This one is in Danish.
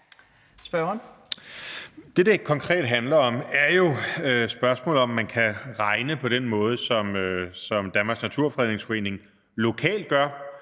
Det, det konkret handler om, er jo spørgsmålet om, om man kan regne på den måde, som Danmarks Naturfredningsforening lokalt gør,